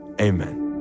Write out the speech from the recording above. amen